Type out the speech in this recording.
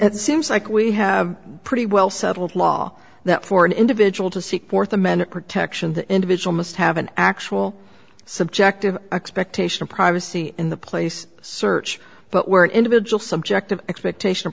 it seems like we have pretty well settled law that for an individual to seek fourth amendment protection the individual must have an actual subjective expectation of privacy in the place search but where individual subjective expectation of